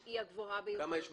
--- כמה יש ב-6?